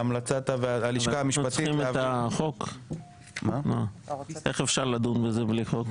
המלצת הלשכה המשפטית להעביר --- איך אפשר לדון בזה בלי חוק?